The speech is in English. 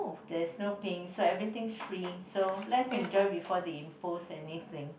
there's no paying so everything's free so let's enjoy before they impose anything